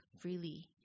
freely